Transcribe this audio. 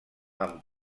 amb